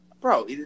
Bro